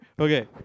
Okay